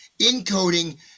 encoding